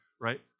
right